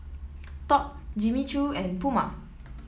Top Jimmy Choo and Puma